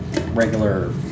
regular